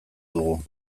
dugu